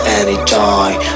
anytime